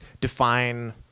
define